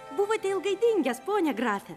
buvote ilgai dingęs pone grafe